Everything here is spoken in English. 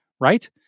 Right